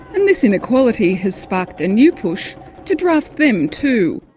and this inequality has sparked a new push to draft them too.